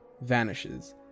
vanishes